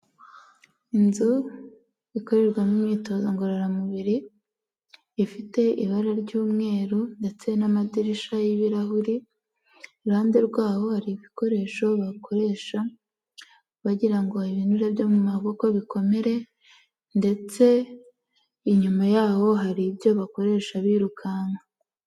Inzu ikorerwamo imyitozo ngororamubiri, ifite ibara ry'umweru ndetse n'amadirisha y'ibirahuri, iruhande rwaho hari ibikoresho bakoresha bagira ngo ibinure byo mu maboko bikomere ndetse inyuma yaho hari ibyo bakoresha birukanka.